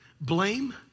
Blame